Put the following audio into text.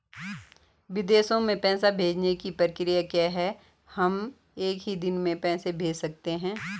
विदेशों में पैसे भेजने की प्रक्रिया क्या है हम एक ही दिन में पैसे भेज सकते हैं?